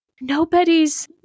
nobody's